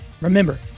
remember